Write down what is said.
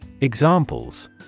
Examples